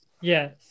Yes